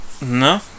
No